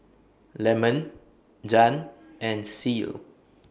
Lemon Jann and Ceil